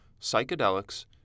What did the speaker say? Psychedelics